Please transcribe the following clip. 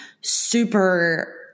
super